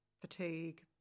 fatigue